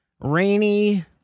rainy